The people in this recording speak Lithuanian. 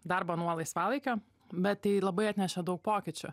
darbo nuo laisvalaikio bet tai labai atnešė daug pokyčių